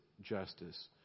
justice